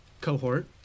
cohort